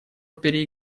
опере